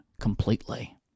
completely